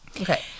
Okay